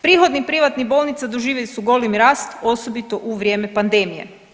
Prihodi privatnih bolnica doživjeli su golem rast osobito u vrijeme pandemije.